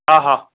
ହଁ ହଁ